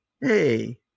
hey